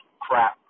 crap